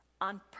on